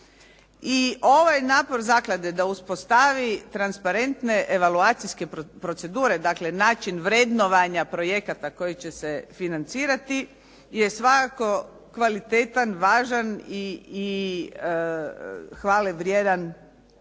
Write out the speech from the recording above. ovaj napor zaklade da uspostavi transparentne evaluacijske procedure, dakle način vrednovanja projekata koji će se financirati je svakako kvalitetan, važan i hvale vrijedan doprinosi